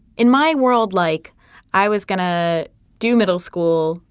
in my world, like i was going to do middle school,